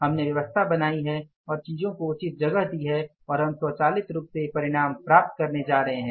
हमने व्यवस्था बनाई है और चीजों को उचित जगह दी है और हम स्वचालित रूप से परिणाम प्राप्त करने जा रहे हैं